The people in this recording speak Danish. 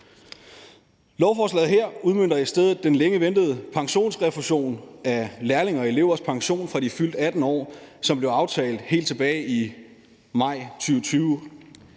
Lovforslaget her udmønter i stedet den længe ventede pensionsrefusion af lærlinge og elevers pension, fra de er fyldt 18 år, som blev aftalt helt tilbage i maj 2020.